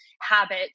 habit